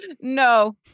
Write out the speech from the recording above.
No